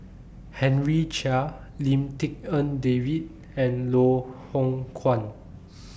Henry Chia Lim Tik En David and Loh Hoong Kwan